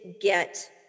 get